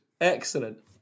Excellent